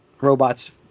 robots